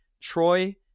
Troy